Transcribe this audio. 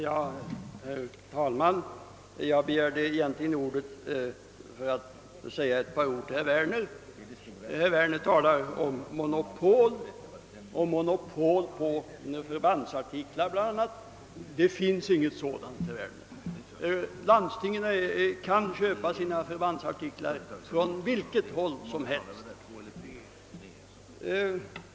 Herr talman! Jag begärde ordet för att säga ett par ord till herr Werner. Han talade om monopol — om monopol på förbandsartiklar bl.a. Det finns inget sådant, herr Werner! Landstingen kan köpa sina förbandsartiklar från vilket håll som helst.